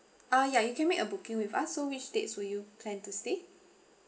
uh ya you can make a booking with us so which dates will you plan to stay